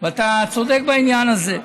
ואתה צודק בעניין הזה.